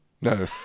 No